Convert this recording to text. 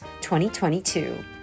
2022